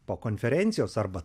po konferencijos arba